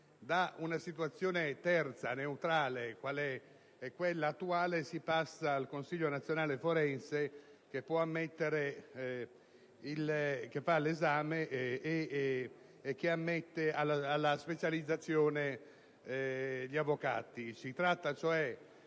Da una situazione di terzietà, neutrale, quale è quella attuale, si passa al Consiglio nazionale forense che fa l'esame e ammette alla specializzazione gli avvocati.